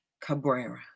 Cabrera